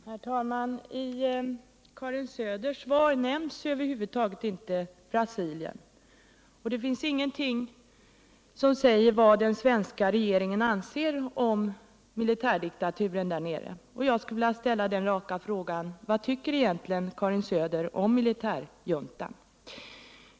Herr talman! I Karin Söders svar nämns över huvud taget inte Brasilien. I svaret finns alltså ingenting som klargör vad den svenska regeringen anser om militärdiktaturen där nere. Jag vill därför ställa den raka frågan: Vad tycker egentligen Karin Söder om militärjuntan i Brasilien?